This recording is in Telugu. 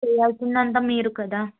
చేయాల్సింది అంతా మీరు కదా